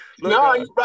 No